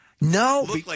No